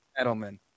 Edelman